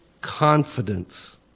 confidence